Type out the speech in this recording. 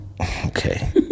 okay